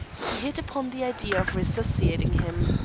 he hit upon the idea of resuscitating him.